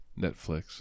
Netflix